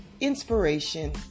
inspiration